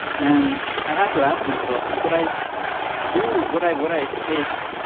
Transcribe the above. and i had to ask myself could i do would i would i take